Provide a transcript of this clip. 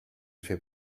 suoi